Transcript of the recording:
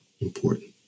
important